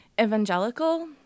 Evangelical